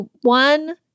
one